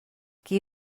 qui